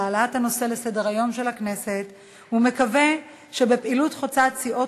העלאת הנושא לסדר-היום של הכנסת ומקווה שבפעילות חוצת-סיעות